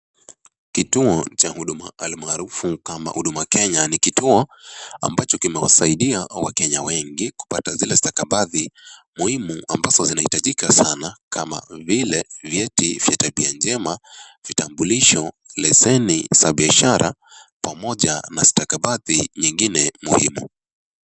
Kituo cha huduma almaarufu kama Huduma Kenya ni kituo ambacho kimewasaidia wakenya wengi kupata zile stakabadhi muhimu ambazo zinaitajika sana kama vile vyeti vya tabia njema, vitambulisho, leseni za biashara pamoja na stakabadhi nyingine muhimu.